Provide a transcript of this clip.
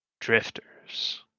Drifters